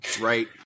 right